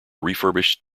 refurbished